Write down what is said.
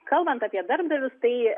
kalbant apie darbdavius tai